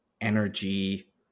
energy